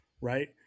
right